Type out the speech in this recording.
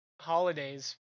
holidays